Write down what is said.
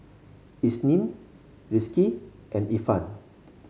Isnin Rizqi and Irfan